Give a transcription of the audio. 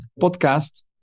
podcast